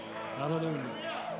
Hallelujah